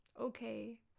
Okay